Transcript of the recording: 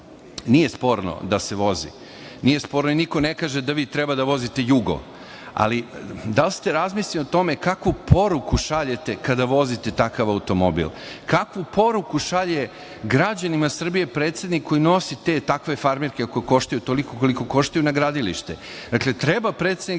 Nije sporno da se vozi, nije sporno i niko ne kaže da vi treba da vozite „jugo“, ali da li ste razmislili o tome kakvu poruku šaljete kada vozite takav automobil? Kakvu poruku šalje građanima Srbije predsednik koji nosi te i takve farmerke, koje koštaju koliko koštaju, na gradilište? Dakle, treba predsednik